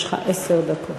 יש לך עשר דקות.